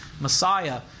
Messiah